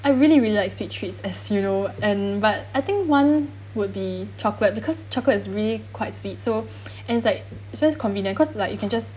I really really liked sweet treats as you know and but I think one would be chocolate because chocolates really quite sweet so and it's like it's just convenient because like you can just